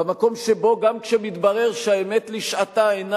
במקום שבו גם כשמתברר שהאמת לשעתה אינה